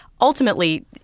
ultimately